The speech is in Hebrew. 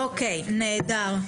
נהדר.